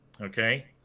okay